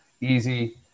Easy